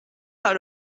par